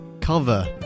cover